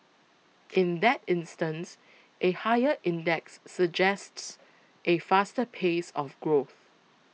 in that instance a higher index suggests a faster pace of growth